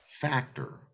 factor